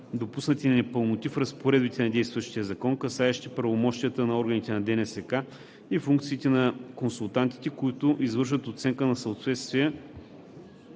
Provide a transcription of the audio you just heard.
допуснати непълноти в разпоредбите на действащия закон, касаещи правомощията на органите на ДНСК и функциите на консултантите, които извършват оценка на съответствие